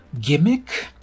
Gimmick